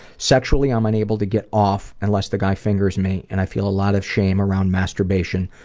sexually, i'm unable to get off unless the guy fingers me, and i feel a lot of shame around masturbation,